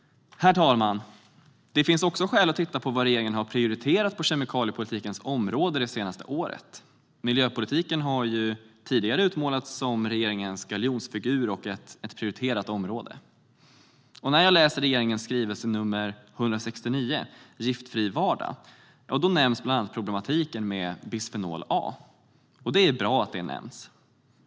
Herr talman! Det finns också skäl att titta på vad regeringen har prioriterat på kemikaliepolitikens område det senaste året. Miljöpolitiken har ju tidigare utmålats som regeringens galjonsfigur och ett prioriterat område. Regeringens skrivelse nr 169, Giftfri vardag , nämner bland annat problemen med bisfenol A. Det är bra att problemen nämns.